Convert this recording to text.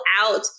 out